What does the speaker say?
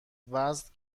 وزن